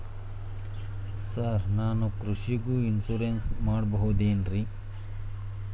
Sir ನಾನು ಕೃಷಿಗೂ insurance ಮಾಡಸಬಹುದೇನ್ರಿ?